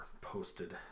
posted